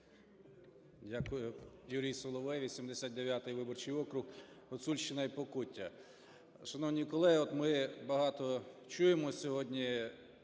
Дякую. Юрій Соловей, 89 виборчий округ, Гуцульщина і Покуття. Шановні колеги, от ми багато чуємо сьогодні